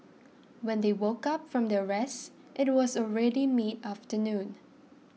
when they woke up from their rest it was already mid afternoon